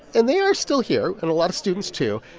and they are still here and a lot of students, too.